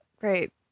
Great